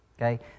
okay